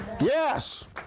Yes